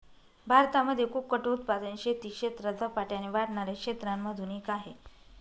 भारतामध्ये कुक्कुट उत्पादन शेती क्षेत्रात झपाट्याने वाढणाऱ्या क्षेत्रांमधून एक आहे